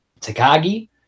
Takagi